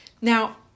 Now